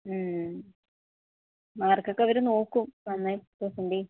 മാർക്കൊക്കെ അവര് നോക്കും നന്നായിട്ട് പ്രസന്റ് ചെയ്യ്